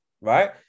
right